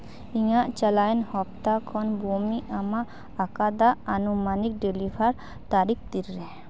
ᱤᱧᱟᱹᱜ ᱪᱟᱞᱟᱣᱮᱱ ᱦᱟᱯᱛᱟ ᱠᱷᱚᱱ ᱵᱚᱢᱤ ᱮᱢᱟ ᱟᱠᱟᱫᱟ ᱟᱹᱱᱩᱢᱟᱹᱱᱤᱠ ᱰᱮᱞᱤᱵᱷᱟᱨ ᱛᱟᱹᱨᱤᱠᱷ ᱛᱤᱱᱨᱮ